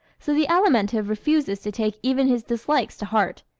so the alimentive refuses to take even his dislikes to heart.